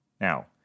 Now